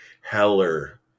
Heller